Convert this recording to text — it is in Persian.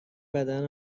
بدن